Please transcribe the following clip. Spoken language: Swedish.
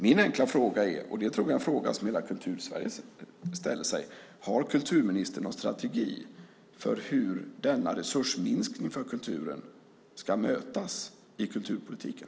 Min enkla fråga är, och den tror jag att hela Kultursverige ställer sig: Har kulturministern någon strategi för hur denna resursminskning för kulturen ska mötas i kulturpolitiken?